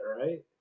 right